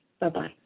Bye-bye